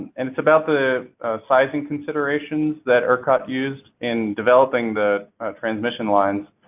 and it's about the sizing considerations that ercot used in developing the transmission lines.